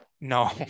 no